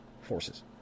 Forces